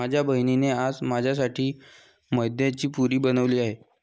माझ्या बहिणीने आज माझ्यासाठी मैद्याची पुरी बनवली आहे